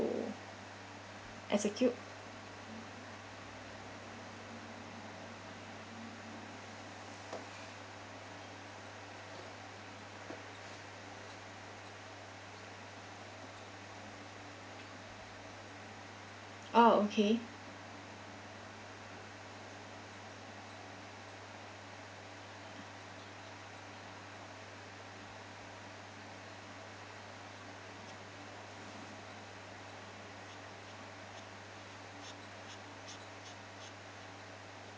execute oh okay